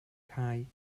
cau